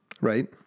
Right